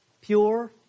pure